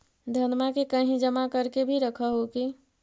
धनमा के कहिं जमा कर के भी रख हू की?